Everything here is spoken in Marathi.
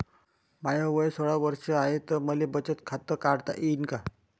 माय वय सोळा वर्ष हाय त मले बचत खात काढता येईन का?